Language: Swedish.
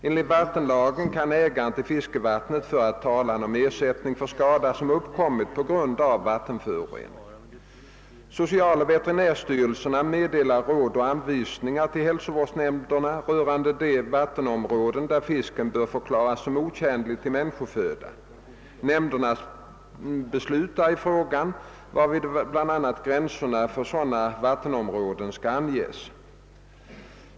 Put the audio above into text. Enligt vattenlagen kan ägare till fiskevatten föra talan om ersättning för skada som uppkommit på grund av vattenförorening. Socialoch veterinärstyrelserna meddelar råd och anvisningar till hälsovårdsnämnderna rörande de vattenområden där fisken bör förklaras som otjänlig till människoföda. Nämnderna beslutar i frågan, varvid bl.a. gränserna för sådana vattenområden skall anges.